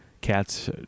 cats